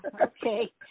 Okay